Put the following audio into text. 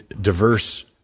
diverse